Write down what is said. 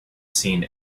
seen